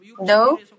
No